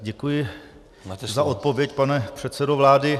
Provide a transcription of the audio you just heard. Děkuji za odpověď, pane předsedo vlády.